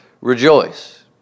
Rejoice